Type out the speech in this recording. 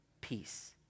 peace